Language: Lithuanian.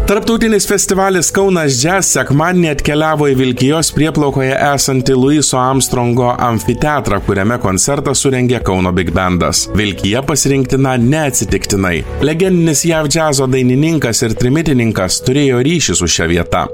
tarptautinis festivalis kaunas jazz sekmadienį atkeliavo į vilkijos prieplaukoje esantį luiso armstrongo amfiteatrą kuriame koncertą surengė kauno bigbendas vilkija pasirinktina neatsitiktinai legendinis jav džiazo dainininkas ir trimitininkas turėjo ryšį su šia vieta